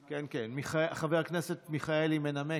כן, כן, חבר הכנסת מלכיאלי מנמק.